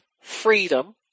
freedom